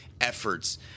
efforts